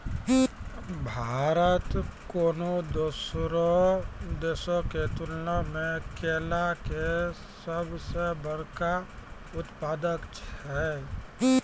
भारत कोनो दोसरो देशो के तुलना मे केला के सभ से बड़का उत्पादक छै